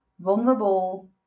vulnerable